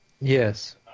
Yes